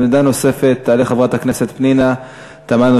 עמדה נוספת תעלה חברת הכנסת פנינה תמנו-שטה.